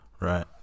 Right